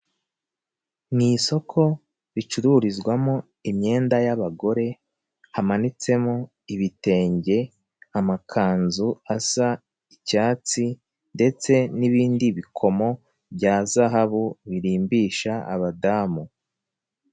Ni isoko ricururizwamo imyenda y'abagore hamanitsemo ibitenge, amakanzu asa icyatsi ndetse n'ibindi bikomo bya zahabu birimbisha abadamu.